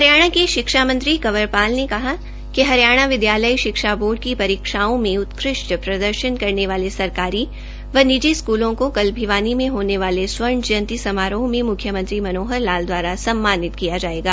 हरियाणा के शिक्षा मंत्री कंवर पाल ने कहा कि विदयालय शिक्षा बोर्ड की परीक्षाओं में उतकृष्ट प्रदर्शन करेन वाली सरकारी व निजी स्कूलों को कल भिवानी में होने वाले स्वर्ण जयंती समारोह में मुख्यमंत्री मनोहर लाल दवारा सम्मानित किया जायेगा